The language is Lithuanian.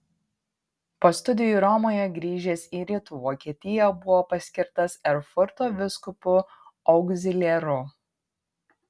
po studijų romoje grįžęs į rytų vokietiją buvo paskirtas erfurto vyskupu augziliaru